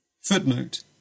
Footnote